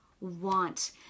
want